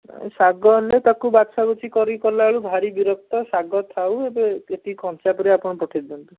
ନାହିଁ ଶାଗ ହେଲେ ତାକୁ ବଛାବଛି କରିକି କଲାବେଳକୁ ଭାରି ବିରକ୍ତ ଶାଗ ଥାଉ ଏବେ ଏତିକି କଞ୍ଚା ପରିବା ଆପଣ ପଠାଇଦିଅନ୍ତୁ